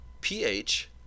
PH